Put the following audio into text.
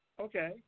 Okay